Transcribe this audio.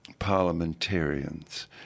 Parliamentarians